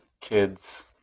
kids